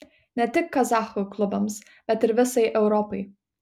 ne tik kazachų klubams bet ir visai europai